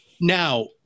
now